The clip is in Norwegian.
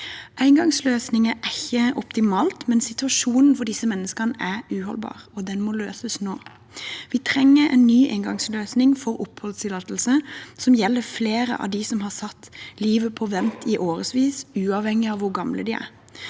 Engangsløsninger er ikke optimalt, men situasjonen for disse menneskene er uholdbar, og den må løses nå. Vi trenger en ny engangsløsning for oppholdstillatelse som gjelder flere av dem som har satt livet på vent i årevis, uavhengig av hvor gamle de er.